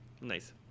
Nice